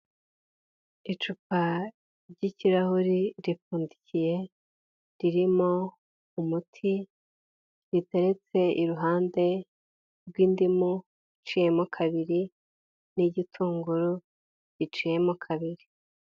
Icupa ry'ikirahure ripfundikiye ririmo umuti riteretse iruhande rw'indimu iciyemo kabiri n'igitunguru biciyemo kabiri.